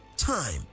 Time